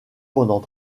pendant